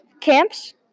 Camps